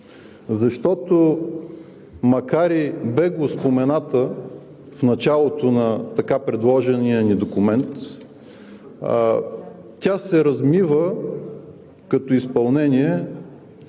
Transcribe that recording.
Защото, макар и бегло спомената в началото на предложения ни документ, тя се размива като изпълнение